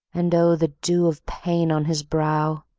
and oh, the dew of pain on his brow,